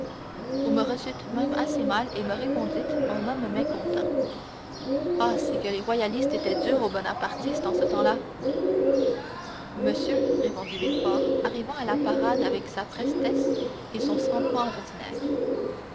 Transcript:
vous me reçûtes même assez mal et me répondîtes en homme mécontent ah c'est que les royalistes étaient durs aux bonapartistes en ce temps-là monsieur répondit villefort arrivant à la parade avec sa prestesse et son sang-froid ordinaires